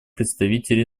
представитель